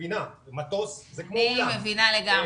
מטוס זה כמו אולם.